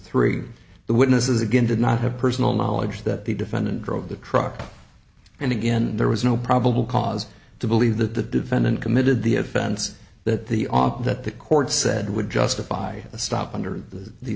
three the witness is again did not have personal knowledge that the defendant drove the truck and again there was no probable cause to believe that the defendant committed the offense that the op that the court said would justify a stop under the